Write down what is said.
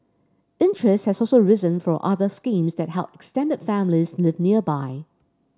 interest has also risen for other schemes that help extended families live nearby